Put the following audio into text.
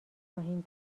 خواهیم